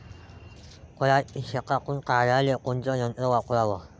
पराटी शेतातुन काढाले कोनचं यंत्र वापराव?